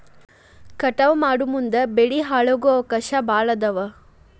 ಕಟಾವ ಮಾಡುಮುಂದ ಬೆಳಿ ಹಾಳಾಗು ಅವಕಾಶಾ ಭಾಳ ಅದಾವ